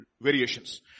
variations